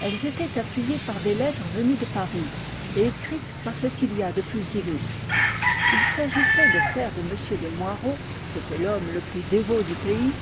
elles étaient appuyées par des lettres venues de paris et écrites par ce qu'il y a de plus illustre il s'agissait de faire de m de moirod c'était l'homme le plus dévot du pays